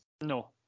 no